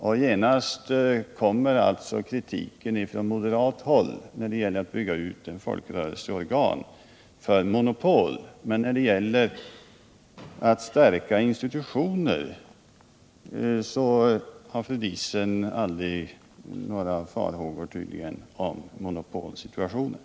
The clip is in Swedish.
När det gäller att bygga ut ett folkrörelscorgan kommer alltså från moderat håll omedelbart kritik för monopol, men då det rör sig om att stärka institutioner hyser tydligen fru Diesen aldrig några farhågor för att det kan uppstå monopolsituationer.